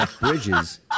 bridges